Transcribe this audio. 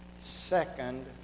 second